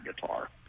guitar